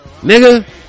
Nigga